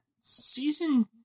season